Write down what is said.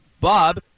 Bob